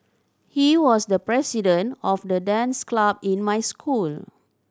he was the president of the dance club in my school